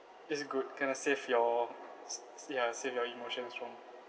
that's good kind of save your s~ ya save your emotions from